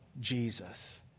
jesus